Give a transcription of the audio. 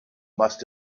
must